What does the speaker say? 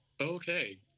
okay